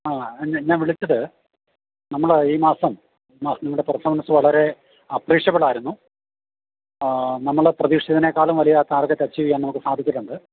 ആ എന്നാ ഞാൻ വിളിച്ചത് നമ്മൾ ഈ മാസം നമ്മുടെ പെർഫോമൻസ് വളരെ അപ്രീഷബിളായിരുന്നു നമ്മൾ പ്രതീക്ഷിച്ചതിനേക്കാളും വലിയ ടാർഗറ്റ് അച്ചീവ് ചെയ്യാൻ നമുക്ക് സാധിച്ചിട്ടുണ്ട്